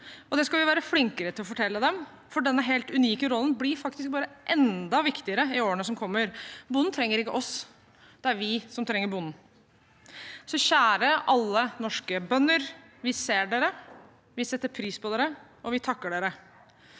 Det skal vi være flinkere til å fortelle dem, for denne helt unike rollen blir bare enda viktigere i årene som kommer. Bonden trenger ikke oss – det er vi som trenger bonden. Kjære alle norske bønder: Vi ser dere, vi setter pris på dere, og vi takker dere.